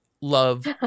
love